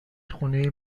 خونه